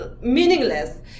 meaningless